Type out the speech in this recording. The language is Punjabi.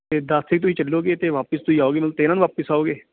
ਅਤੇ ਦਸ ਤਰੀਕ ਤੁਸੀਂ ਚੱਲੋਗੇ ਅਤੇ ਵਾਪਸ ਤੁਸੀਂ ਆਓਗੇ ਤੇਰ੍ਹਾਂ ਨੂੰ ਵਾਪਸ ਆਓਗੇ